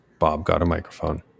Bobgotamicrophone